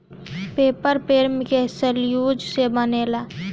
paper पेड़ के cellulose से बनेला